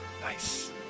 Nice